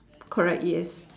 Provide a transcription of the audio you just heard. correct yes